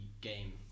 game